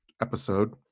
episode